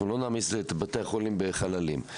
לא נעמיס את בתי החולים בחללים.